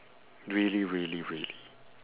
really really really